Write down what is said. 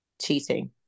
cheating